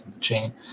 chain